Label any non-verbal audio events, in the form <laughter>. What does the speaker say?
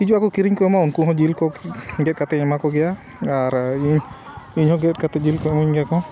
ᱦᱤᱡᱩᱜ ᱟᱠᱚ ᱠᱤᱨᱤᱧ ᱠᱚ <unintelligible> ᱩᱱᱠᱩ ᱦᱚᱸ ᱡᱤᱞ ᱠᱚ ᱜᱮᱫ ᱠᱟᱛᱮᱧ ᱮᱢᱟ ᱠᱚᱜᱮᱭᱟ ᱟᱨ ᱤᱧ ᱤᱧ ᱦᱚᱸ ᱜᱮᱫ ᱠᱟᱛᱮ ᱡᱤᱞ ᱠᱚ ᱮᱢᱟᱹᱧ ᱜᱮᱭᱟ ᱠᱚ